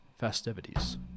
festivities